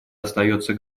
остается